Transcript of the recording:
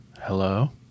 Hello